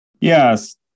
Yes